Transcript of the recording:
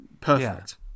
Perfect